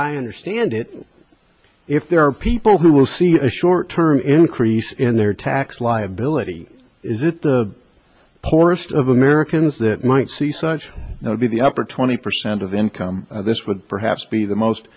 i understand it if there are people who will see a short term increase in their tax liability is it the poorest of americans that might see such would be the upper twenty percent of income this would perhaps be the most